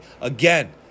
Again